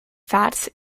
fats